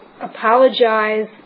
apologize